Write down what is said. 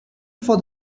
for